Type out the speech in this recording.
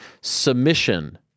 submission